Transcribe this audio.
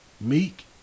Meek